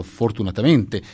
fortunatamente